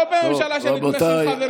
לא בממשלה שנתמכת עם חברים,